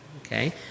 okay